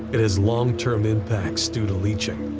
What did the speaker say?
it has long-term impacts due to leaching,